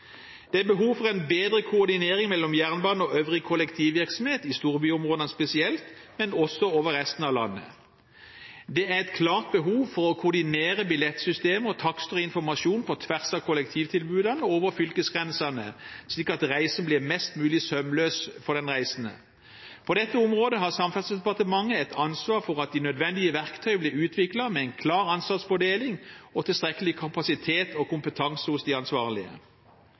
Det er behov for en bedre koordinering mellom jernbanen og øvrig kollektivvirksomhet i storbyområdene spesielt, men også over resten av landet. Det er et klart behov for å koordinere billettsystemet og takster og informasjon på tvers av kollektivtilbudene og over fylkesgrensene, slik at reisen blir mest mulig sømløs for den reisende. På dette området har Samferdselsdepartementet et ansvar for at de nødvendige verktøy blir utviklet med en klar ansvarsfordeling og tilstrekkelig kapasitet og kompetanse hos de ansvarlige.